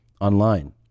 online